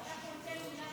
סעיפים 1